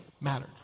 mattered